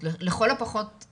אז לכל הפחות אפשר היה לצפות לזה.